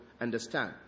understand